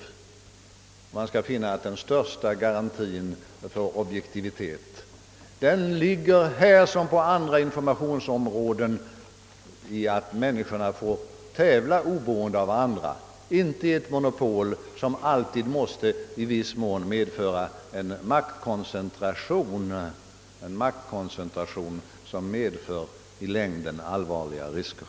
Man skall finna att den största garantien för objektivitet, här som på andra informationsområden, ligger i att människorna får tävla med varandra. Det sker inte väl i ett monopol som måste medföra en maktkoncentration som i längden innebär allvarliga risker.